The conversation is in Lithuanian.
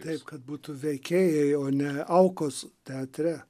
taip kad būtų veikėjai o ne aukos teatre